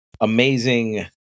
amazing